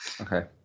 Okay